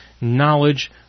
knowledge